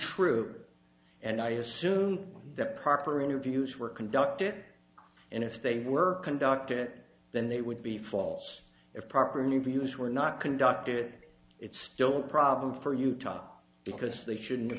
untrue and i assume that proper interviews were conducted and if they were conducted it then they would be false if properly views were not conducted it's still a problem for you top because they shouldn't